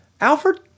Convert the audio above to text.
Alfred